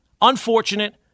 unfortunate